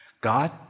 God